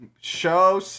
show